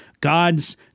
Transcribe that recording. God's